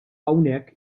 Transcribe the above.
hawnhekk